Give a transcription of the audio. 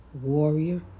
warrior